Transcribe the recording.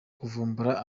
kuvumbura